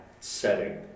setting